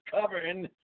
covering